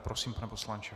Prosím, pane poslanče.